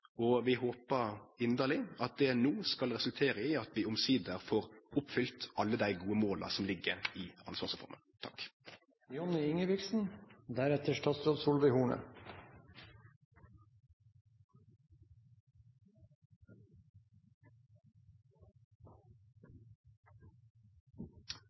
prosess. Vi håpar inderleg at det skal resultere i at vi omsider får oppfylt alle dei gode måla som ligg i Ansvarsreforma.